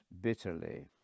bitterly